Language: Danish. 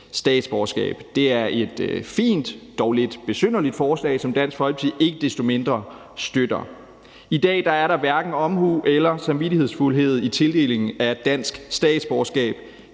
statsborgerskab. Det er et fint, dog lidt besynderligt forslag, som Dansk Folkeparti ikke desto mindre støtter. I dag er der hverken omhu eller samvittighedsfuldhed i tildelingen af dansk statsborgerskab.